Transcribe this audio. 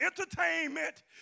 entertainment